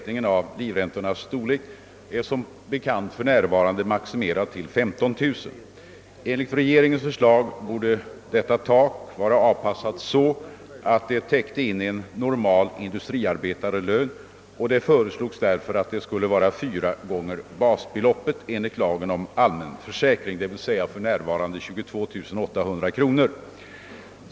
nas storlek är för närvarande maximerad till 15 000 kronor. Enligt regeringens förslag borde detta tak vara avpassat så att det täcker in en normal industriarbetarlön, och det föreslogs därför att det skulle vara fyra gånger basbeloppet enligt lagen om allmän försäkring, d.v.s. för närvarande 22800 kronor.